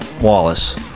Wallace